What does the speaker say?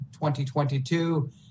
2022